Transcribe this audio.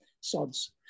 sods